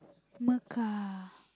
Mecca